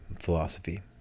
philosophy